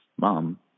mom